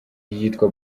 yitwa